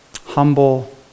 humble